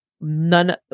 none